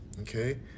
Okay